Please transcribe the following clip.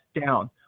down